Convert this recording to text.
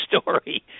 story